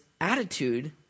attitude